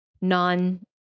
non